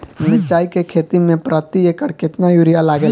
मिरचाई के खेती मे प्रति एकड़ केतना यूरिया लागे ला?